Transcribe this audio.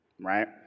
right